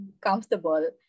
comfortable